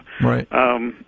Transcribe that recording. Right